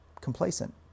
complacent